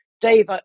Dave